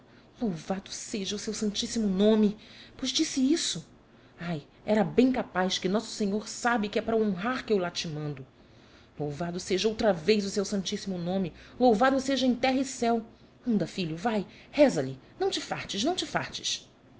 louvado seja o seu santíssimo nome pois disse isso ai era bem capaz que nosso senhor sabe que é para o honrar que eu lá te mando louvado seja outra vez o seu santíssimo nome louvado seja em terra e céu anda filho vai reza lhe não te fartes não te